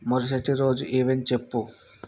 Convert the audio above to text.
మరుసటి రోజు ఈవెంట్ చెప్పు